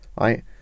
right